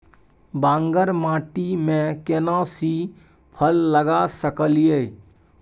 बांगर माटी में केना सी फल लगा सकलिए?